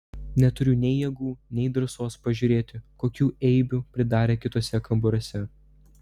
neturiu nei jėgų nei drąsos pažiūrėti kokių eibių pridarė kituose kambariuose